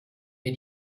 wir